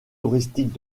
touristiques